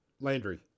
Landry